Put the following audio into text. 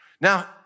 Now